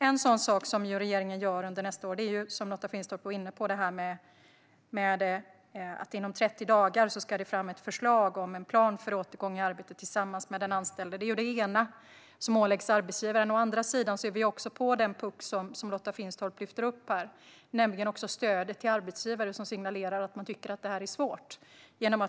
En sak som regeringen kommer att göra under nästa år är det som Lotta Finstorp var inne på; inom 30 dagar ska det komma ett förslag på en plan för återgång i arbete som man kommit fram till tillsammans med den anställde. Det är det ena som åläggs arbetsgivaren. Vi är också på den puck som Lotta Finstorp lyfter upp här, nämligen stödet till arbetsgivare som signalerar att de tycker att det är svårt.